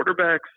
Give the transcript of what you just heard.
quarterbacks